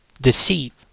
Deceive